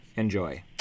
Enjoy